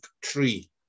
tree